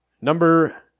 Number